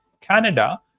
Canada